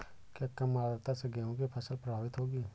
क्या कम आर्द्रता से गेहूँ की फसल प्रभावित होगी?